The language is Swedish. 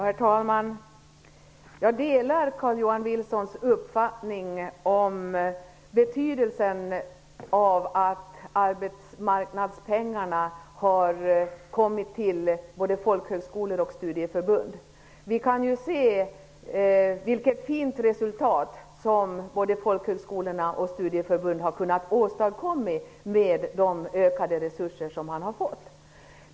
Herr talman! Jag delar Carl-Johan Wilsons uppfattning om betydelsen av att arbetsmarknadspengar kommit både folkhögskolor och studieförbund till del. Vi kan se vilket fint resultat både folkhögskolorna och studieförbunden har kunnat nå med de ökade resurser som de har fått.